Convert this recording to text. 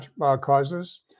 causes